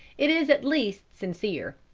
it is at least sincere.